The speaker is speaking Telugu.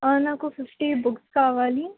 నాకు ఫిఫ్టీ బుక్స్ కావాలి